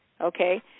Okay